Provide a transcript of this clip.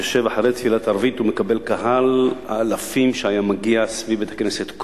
יושב אחרי תפילת ערבית ומקבל קהל אלפים שהיה מגיע סביב בית-הכנסת.